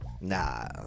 nah